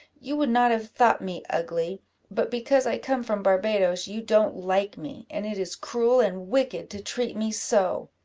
you would not have thought me ugly but because i come from barbadoes, you don't like me and it is cruel and wicked to treat me so.